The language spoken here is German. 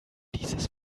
dieses